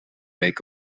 week